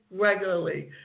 regularly